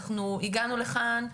אנחנו הגענו לכאן,